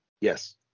Yes